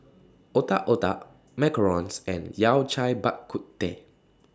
Otak Otak Macarons and Yao Cai Bak Kut Teh